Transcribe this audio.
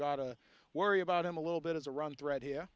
gotta worry about him a little bit as a run threat here